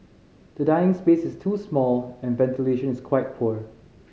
the dining space is too small and ventilation is quite poor